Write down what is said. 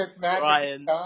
Ryan